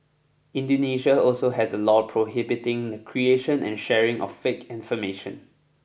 Indonesia also has a law prohibiting the creation and sharing of fake information